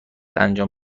انجام